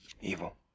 evil